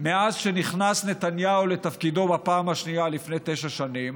מאז שנכנס נתניהו לתפקידו בפעם השנייה לפני תשע שנים.